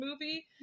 movie